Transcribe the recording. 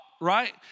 right